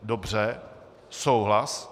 Dobře, souhlas.